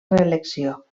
reelecció